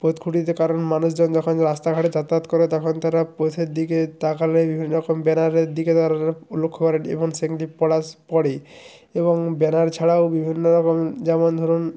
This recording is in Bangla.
পথ খুঁটিতে কারণ মানুষ যখন রাস্তাঘাটে যাতায়াত করে তখন তারা পথের দিকে তাকালেই বিভিন্ন রকম ব্যানারের দিকে তারা লক্ষ্য করেন এবং পড়ে এবং ব্যানার ছাড়াও বিভিন্ন রকম যেমন ধরুন